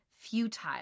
Futile